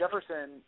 Jefferson